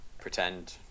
pretend